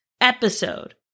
episode